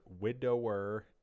Widower